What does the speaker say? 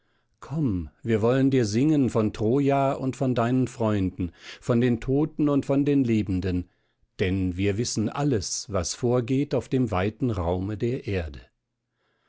komm wir wollen dir singen von troja und von deinen freunden von den toten und von den lebenden denn wir wissen alles was vorgeht auf dem weiten raume der erde